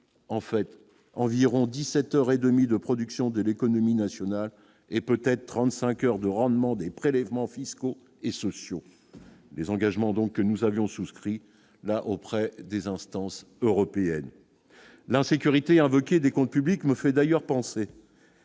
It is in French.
en fait environ 17 heures et demie de production de l'économie nationale et peut-être 35 heures de rendement des prélèvements fiscaux et sociaux, les engagements donc nous avions souscrit la auprès des instances européennes, l'insécurité invoqué des comptes publics ne fait d'ailleurs penser.